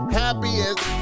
happiest